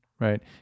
right